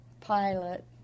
pilot